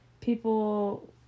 people